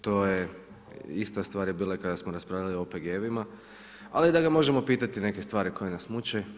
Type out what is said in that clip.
To, je ista stvar je bila i kada smo raspravljali o OPG-ovima, ali da ga možemo pitati neke stvari koje nas muče.